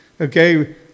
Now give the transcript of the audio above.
Okay